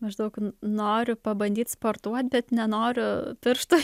maždaug noriu pabandyt sportuoti bet nenoriu piršto